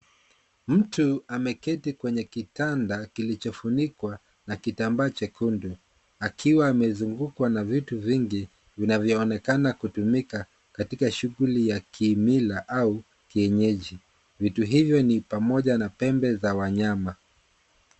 Mtu ameketi kwenye kitanda kilichofunikwa na kitambaa chekundu. Akiwa amezungukwa na vitu vingi vinavyoonekana kutumika, katika shughuli ya kimila au kienyeji. Vitu hivyo ni pamoja na pembe za wanyama.